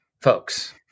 Folks